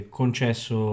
concesso